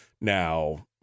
Now